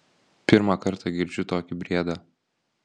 pirmą kartą girdžiu tokį briedą